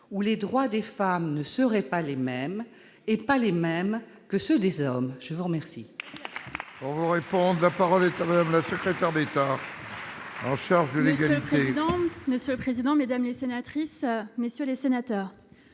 où les droits des femmes ne seraient pas les mêmes et pas les mêmes que ceux des hommes ? La parole